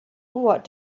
what